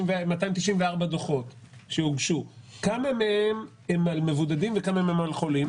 294 דוחות שהוגשו כמה מהם הם על מבודדים וכמה מהם הם על חולים?